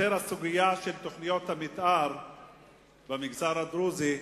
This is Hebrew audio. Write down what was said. הסוגיה של תוכניות המיתאר במגזר הדרוזי,